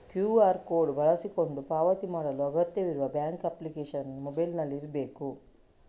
QR code ಬಳಸಿಕೊಂಡು ಪಾವತಿ ಮಾಡಲು ಅಗತ್ಯವಿರುವ ಬ್ಯಾಂಕ್ ಅಪ್ಲಿಕೇಶನ್ ಮೊಬೈಲಿನಲ್ಲಿ ಇರ್ಬೇಕು